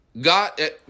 God